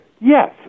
Yes